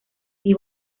the